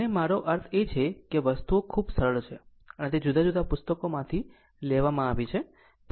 અને મારો અર્થ એ છે કે વસ્તુઓ ખૂબ સરળ છે અને તે જુદા જુદા પુસ્તકોમાંથી લેવામાં આવી છે